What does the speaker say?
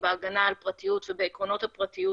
בהגנה על הפרטיות ובעקרונות הפרטיות